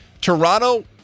Toronto